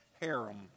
harem